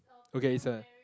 okay it's a